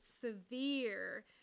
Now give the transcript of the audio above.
severe